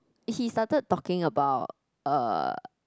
he started talking about uh